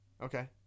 okay